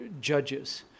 judges